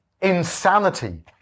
Insanity